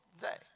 day